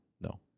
no